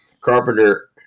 Carpenter –